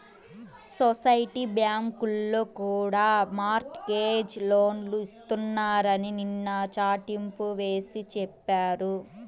society బ్యాంకుల్లో కూడా mortgage లోన్లు ఇస్తున్నారని నిన్న చాటింపు వేసి చెప్పారు